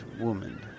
woman